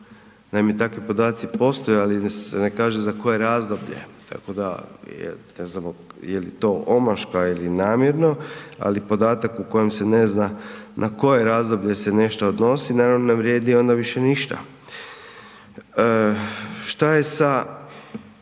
Naime, takvi su podaci postojali, ne kaže za koje razdoblje tako da ne znamo jeli to omaška ili namjerno, ali podatak u kojem se ne zna na koje razdoblje se nešto odnosi, naravno onda ne vrijedi više ništa. Šta je sa